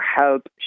help